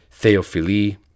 Theophilie